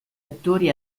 attori